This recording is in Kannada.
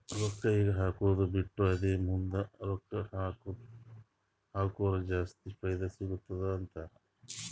ರೊಕ್ಕಾ ಈಗ ಹಾಕ್ಕದು ಬಿಟ್ಟು ಅದೇ ಮುಂದ್ ರೊಕ್ಕಾ ಹಕುರ್ ಜಾಸ್ತಿ ಫೈದಾ ಸಿಗತ್ತುದ ಅಂತಾರ್